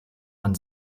man